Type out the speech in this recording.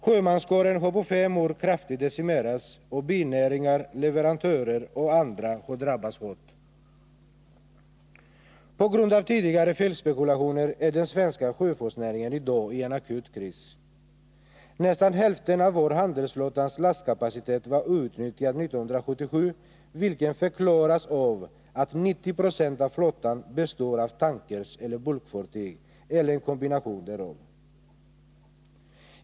Sjömanskåren har på fem år kraftigt decimerats, och binäringar, leverantörer och andra har drabbats hårt. På grund av tidigare felspekulationer är den svenska sjöfartsnäringen i dag i en akut kris. Nästan hälften av vår handelsflottas lastkapacitet var outnyttjad 1977, vilket förklaras av att 90 960 av flottan består av tankers eller bulkfartyg eller en kombination därav.